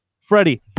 freddie